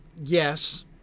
yes